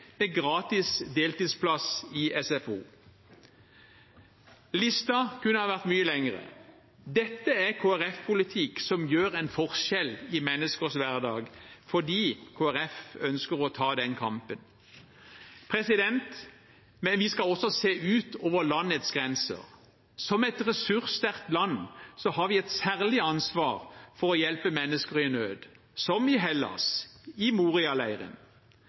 med gratis deltidsplass i SFO. Listen kunne ha vært mye lengre. Dette er Kristelig Folkeparti-politikk som gjør en forskjell i menneskers hverdag, fordi Kristelig Folkeparti ønsker å ta den kampen. Men vi skal også se utover landets grenser. Som et ressurssterkt land har vi et særlig ansvar for å hjelpe mennesker i nød, som i Hellas, i